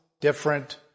different